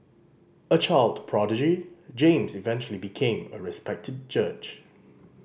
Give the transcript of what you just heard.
a child prodigy James eventually became a respected judge